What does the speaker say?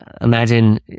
imagine